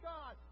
God